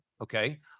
okay